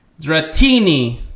Dratini